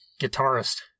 guitarist